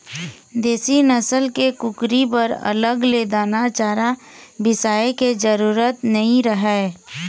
देसी नसल के कुकरी बर अलग ले दाना चारा बिसाए के जरूरत नइ रहय